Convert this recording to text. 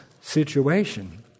situation